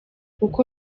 kuko